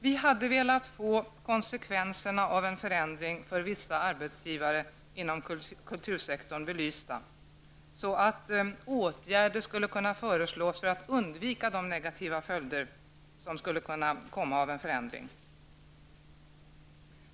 Vi hade velat få konsekvenserna av en förändring för vissa arbetsgivare inom kultursektorn belysta, så att åtgärder skulle kunna föreslås för att undvika de negativa följderna av en förändring.